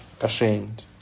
ashamed